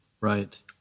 right